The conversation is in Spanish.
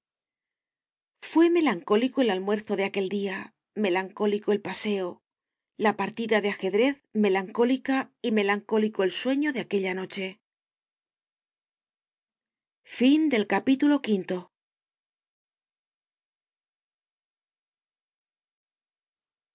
melancólico el almuerzo de aquel día melancólico el paseo la partida de ajedrez melancólica y melancólico el sueño de aquella noche